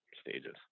stages